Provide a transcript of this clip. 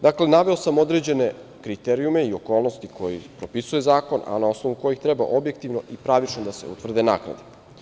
Dakle, naveo sam određene kriterijume i okolnosti koje propisuje zakon, a na osnovu kojih treba objektivno i pravično da se utvrde naknade.